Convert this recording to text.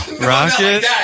Rocket